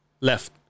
left